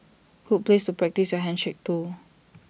good place to practise handshake too